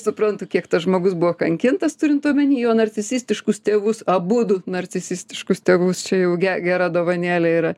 suprantu kiek tas žmogus buvo kankintas turint omeny jo narcisistiškus tėvus abudu narcisitiškus tėvus čia jau ge gera dovanėlė yra